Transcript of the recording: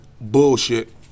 bullshit